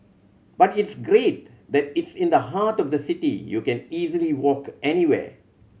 but it's great that it's in the heart of the city you can easily walk anywhere